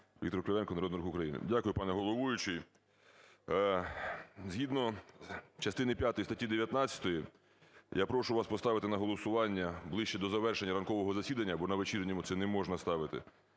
Віктор Кривенко, Народний Рух України. Дякую, пане головуючий. Згідно частини п'ятої статті 19 я прошу вас поставити на голосування ближче до завершення ранкового засідання, бо на вечірньому це не можна ставити,